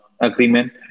agreement